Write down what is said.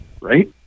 right